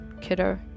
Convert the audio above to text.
kiddo